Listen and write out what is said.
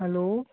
hello